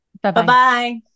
Bye-bye